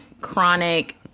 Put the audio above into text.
chronic